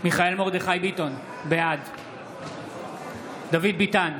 מיכאל מרדכי ביטון, בעד דוד ביטן,